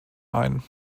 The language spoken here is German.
ein